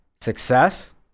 success